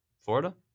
Florida